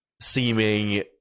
seeming